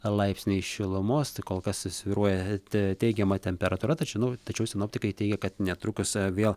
laipsniai šilumos kol kas su svyruoja teigiama temperatūra tad žinau tačiau sinoptikai teigia kad netrukus vėl